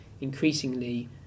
Increasingly